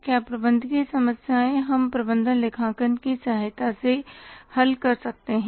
क्या प्रबंधकीय समस्याएं हम प्रबंधन लेखांकन की सहायता से हल कर सकते हैं